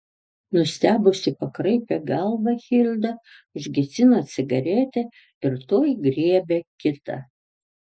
nustebusi pakraipė galvą hilda užgesino cigaretę ir tuoj griebė kitą